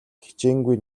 хичээнгүй